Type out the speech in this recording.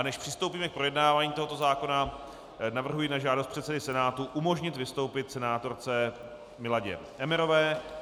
Než přistoupíme k projednávání tohoto zákona, navrhuji na žádost předsedy Senátu umožnit vystoupit senátorce Miladě Emmerové.